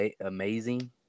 amazing